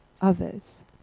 others